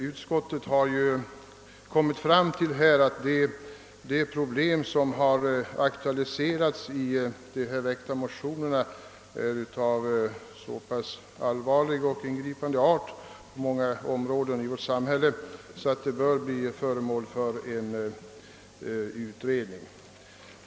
Utskottet har kommit fram till att de problem som har aktualiserats i de väckta motionerna är av så pass allvarlig art och ingriper så kraftigt på många områden i vårt samhälle att de bör bli föremål för en utredning.